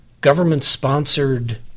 government-sponsored